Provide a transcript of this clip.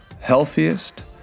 healthiest